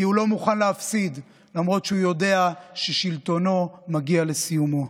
כי הוא לא מוכן להפסיד למרות שהוא יודע ששלטונו מגיע לסיומו.